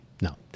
No